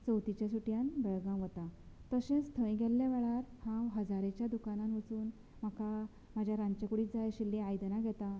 चवथीच्या सुटयान बेळगांव वता तशेंच थंय गेल्ले वेळार हांव हजारेच्या दुकानार वचून म्हाका म्हज्या रांदचेकुडीत जाय आशिल्ली आयदनां घेतां